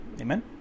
Amen